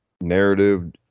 narrative